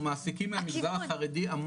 אנחנו מעסיקים מהמגזר החרדי,